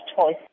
choice